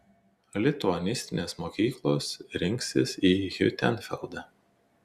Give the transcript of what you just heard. lituanistinės mokyklos rinksis į hiutenfeldą